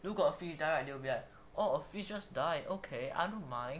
如果 a fish die right they will be like oh a fish just die okay I don't mind